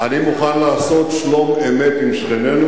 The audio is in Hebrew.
אני מוכן לעשות שלום-אמת עם שכנינו,